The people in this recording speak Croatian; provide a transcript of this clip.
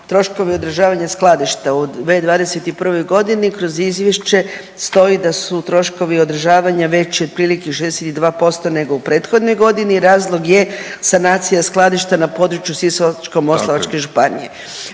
troškove održavanja skladišta u 2021. godini. Kroz izvješće stoji da su troškovi održavanja veći otprilike 62% nego u prethodnoj godini. Razlog je sanacija skladišta na području Sisačko-moslavačke županije,